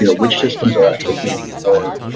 you know which systems are actually getting warm.